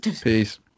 Peace